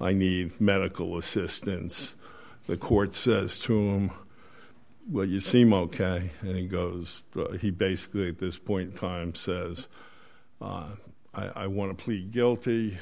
i need medical assistance the court says tomb well you seem ok and he goes he basically at this point in time says i want to plead guilty